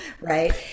right